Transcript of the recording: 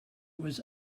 was